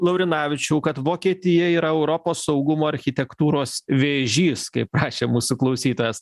laurinavičiau kad vokietija yra europos saugumo architektūros vėžys kaip rašė mūsų klausytojas